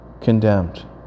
condemned